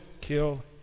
kill